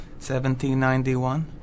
1791